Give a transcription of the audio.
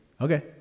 okay